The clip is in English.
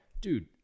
dude